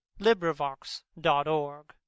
LibriVox.org